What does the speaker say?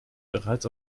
bereits